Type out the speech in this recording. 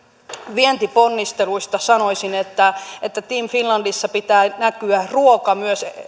vientiponnisteluista sanoisin että että team finlandissa pitää näkyä myös ruoan